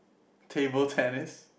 table tennis